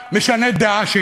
אני אסביר לך.